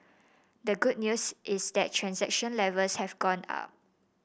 the good news is that transaction levels have gone up